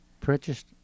purchased